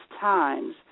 times